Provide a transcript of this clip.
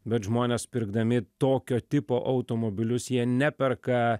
bet žmonės pirkdami tokio tipo automobilius jie neperka